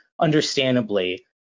understandably